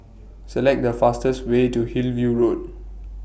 Select The fastest Way to Hillview Road